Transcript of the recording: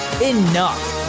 Enough